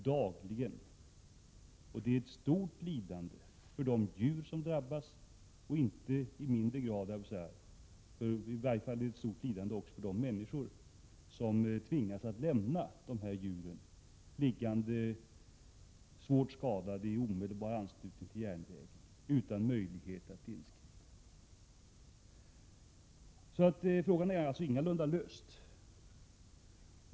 Detta innebär ett stort lidande för de djur som drabbas, och det innebär även ett stort lidande för de människor som, utan att kunna göra något, tvingas att lämna dessa djur svårt skadade i omedelbar anslutning till järnvägen. Frågan är alltså ingalunda löst.